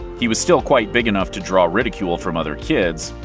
he was still quite big enough to draw ridicule from other kids,